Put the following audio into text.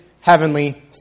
heavenly